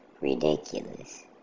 ridiculous